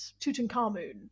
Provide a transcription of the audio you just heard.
Tutankhamun